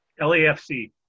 LAFC